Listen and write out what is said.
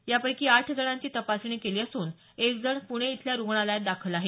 यापैकी आठ जणांची तपासणी केली असून एक जण प्णे इथल्या रुग्णालयात दाखल आहे